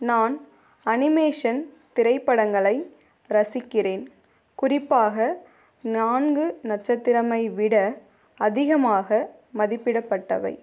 நான் அனிமேஷன் திரைப்படங்களை ரசிக்கிறேன் குறிப்பாக நான்கு நட்சத்திரமை விட அதிகமாக மதிப்பிடப்பட்டவை